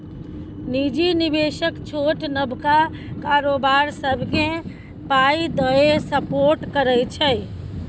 निजी निबेशक छोट नबका कारोबार सबकेँ पाइ दए सपोर्ट करै छै